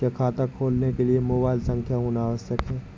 क्या खाता खोलने के लिए मोबाइल संख्या होना आवश्यक है?